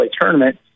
tournament